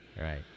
right